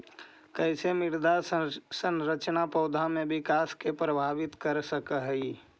कईसे मृदा संरचना पौधा में विकास के प्रभावित कर सक हई?